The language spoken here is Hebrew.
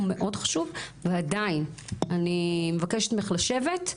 מאוד חשוב ועדיין אני מבקשת ממך לשבת,